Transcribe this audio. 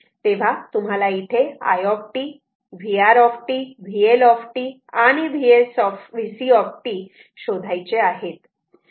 तेव्हा तुम्हाला इथे I vR VL and VC शोधायचे आहे